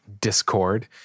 Discord